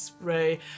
ray